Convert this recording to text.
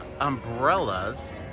umbrellas